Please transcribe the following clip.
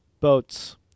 boats